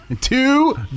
two